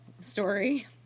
story